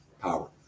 power